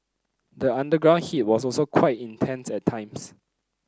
the underground heat was also quite intense at times